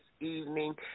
evening